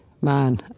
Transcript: man